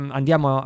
andiamo